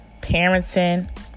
parenting